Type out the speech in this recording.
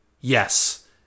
yes